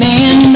Man